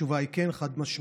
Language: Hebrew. התשובה היא כן, חד-משמעית,